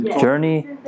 journey